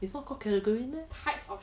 it's not called categories meh